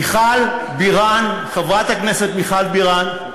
מיכל בירן, חברת הכנסת מיכל בירן,